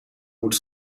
moet